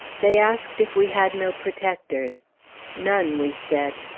they asked if we had no protectors none, we said.